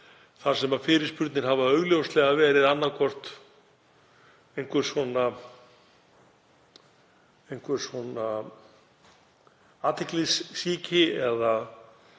þar sem fyrirspurnir hafa augljóslega verið annaðhvort einhver athyglissýki eða